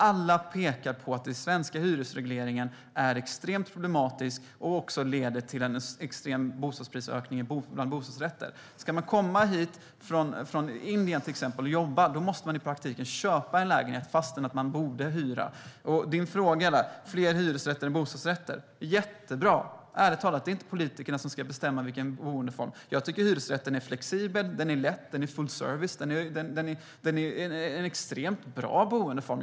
Alla pekar på att den svenska hyresregleringen är extremt problematisk och leder till en extrem prisökning på bostadsrätter. Ska man komma hit från till exempel Indien och jobba måste man i praktiken köpa en lägenhet fast man borde hyra. Du frågar om fler hyresrätter än bostadsrätter. Det är jättebra. Ärligt talat: Det är inte politikerna som ska bestämma boendeform. Jag tycker att hyresrätten är flexibel. Den är lätt. Den är fullservice. Den är en extremt bra boendeform.